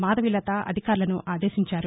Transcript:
మాధవీలత అధికారులను ఆదేశించారు